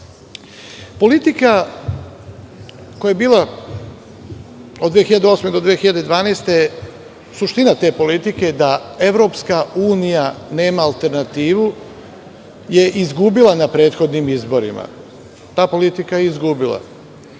Politika koja je bila od 2008. do 2012. godine, suština te politike, da EU nema alternativu, je izgubila na prethodnim izborima. Ta politika je izgubila.